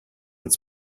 its